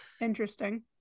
Interesting